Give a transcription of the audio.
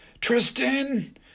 Tristan